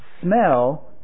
smell